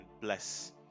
bless